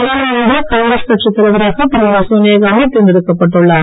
நாடாளுமன்ற காங்கிரஸ் கட்சித் தலைவராக திருமதி சோனியாகாந்தி தேர்ந்தெடுக்கப்பட்டு உள்ளார்